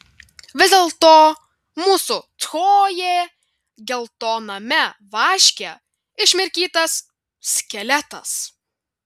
vis dėlto mūsų chlojė geltoname vaške išmirkytas skeletas